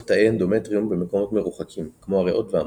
תאי אנדומטריום במקומות מרוחקים כמו הריאות והמוח.